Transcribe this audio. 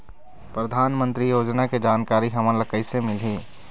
परधानमंतरी योजना के जानकारी हमन ल कइसे मिलही?